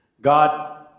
God